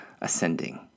Ascending